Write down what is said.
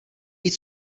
být